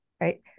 right